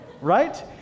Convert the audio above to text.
right